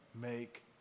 make